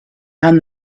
and